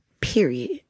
period